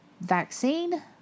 vaccine